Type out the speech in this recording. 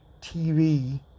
TV